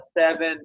seven